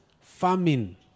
famine